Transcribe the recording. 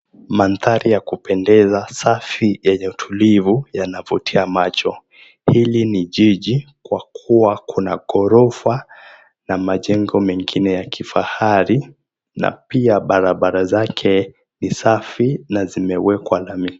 Mandhari ya kupendeza safi yenye utulivu yanavutia macho. Hili ni jiji kwa kuwa kuna ghorofa na majengo mengine ya kifahari na pia barabara zake ni safi na zimewekwa na mienendo.